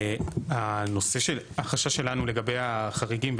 החשש שלנו לגבי החריגים,